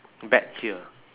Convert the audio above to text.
bet here